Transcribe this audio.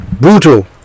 Brutal